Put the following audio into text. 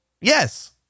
Yes